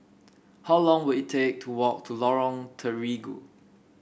how long will it take to walk to Lorong Terigu